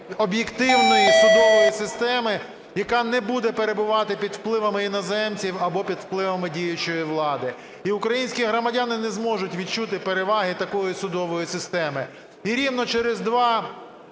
об'єктивної судової системи, яка не буде перебувати під впливами іноземців або під впливами діючої влади. І українські громадяни не зможуть відчути переваги такої судової системи. І рівно через